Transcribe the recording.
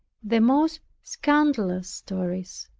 the most scandalous stories